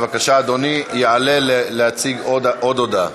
בבקשה, אדוני יעלה להציג עוד הודעה.